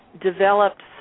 Developed